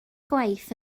gwaith